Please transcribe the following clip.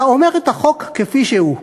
אלא אומר את החוק כפי שהוא.